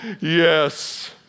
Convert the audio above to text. yes